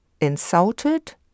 insulted